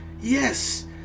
yes